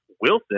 Wilson